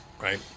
right